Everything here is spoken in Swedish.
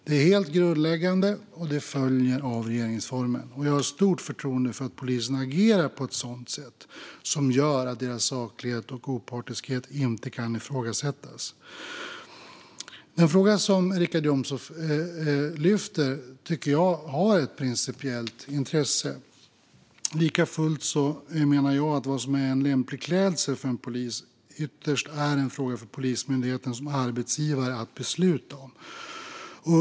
Det är helt grundläggande, och det följer av regeringsformen. Jag har stort förtroende för att polisen agerar på ett sätt som gör att deras saklighet och opartiskhet inte kan ifrågasättas. Den fråga som Richard Jomshof lyfter tycker jag är av principiellt intresse. Likafullt menar jag att vad som är en lämplig klädsel för en polis ytterst är en fråga för Polismyndigheten som arbetsgivare att besluta om.